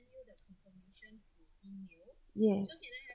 yes